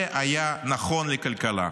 זה היה נכון לכלכלה.